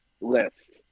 list